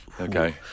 Okay